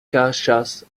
kaŝas